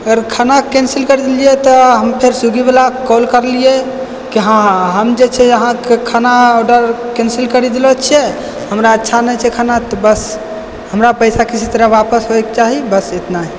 खैर खाना कैन्सिल कर देलियै तऽ हम फेर स्विगीवला के कॉल करलियै कि हँ हम जे छै अहाँकेँ खानाके ऑर्डर कैन्सिल करी देलो छियै हमरा अच्छा नहि छै खाना तऽ बस हमरा पैसा किसी तरह वापस होइके चाही बस इतना ही